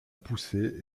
poussée